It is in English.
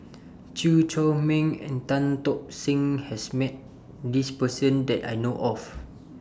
Chew Chor Meng and Tan Tock Seng has Met This Person that I know of